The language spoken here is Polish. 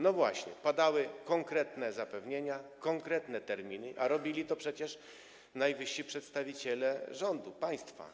No właśnie, padały konkretne zapewnienia, konkretne terminy, a robili to przecież najwyżsi przedstawiciele rządu, państwa.